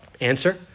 Answer